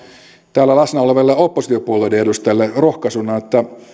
täällä läsnä oleville oppositiopuolueiden edustajille rohkaisuna